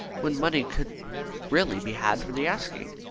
when money could really be had for the asking.